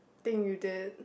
thing you did